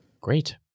Great